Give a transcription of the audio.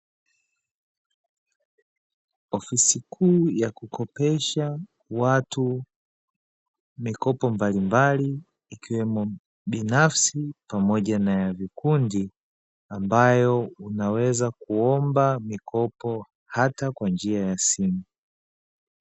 Ofisi kuu ya kukopesha watu mikopo mbalimbali, ikiwemo binafsi ambayo inaweza kuomba mikopo hata kwa njia ya simu.